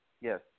Yes